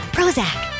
Prozac